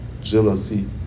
jealousy